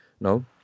no